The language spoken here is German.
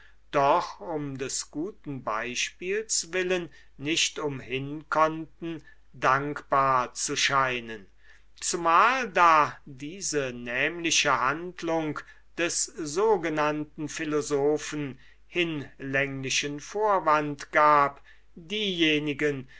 doch um des guten beispiels willen nicht umhin konnten dankbar zu scheinen zumal da diese nämliche handlung des sogenannten philosophen hinlänglichen vorwand gab diejenigen